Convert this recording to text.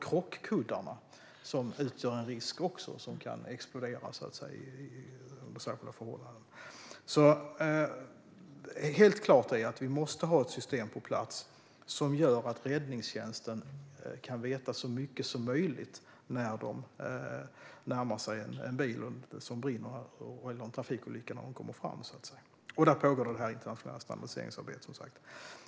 Krockkuddarna utgör också en risk då de kan explodera under särskilda förhållanden. Helt klart är att vi måste ha ett system på plats som gör att räddningstjänsten kan veta så mycket som möjligt när de närmar sig en bil som brinner eller när de kommer fram till en trafikolycka, och när det gäller detta pågår det internationella standardiseringsarbetet, som sagt.